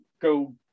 go